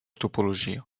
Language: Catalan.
topologia